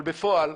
אבל בפועל,